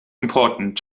important